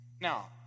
Now